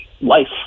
life